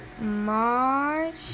March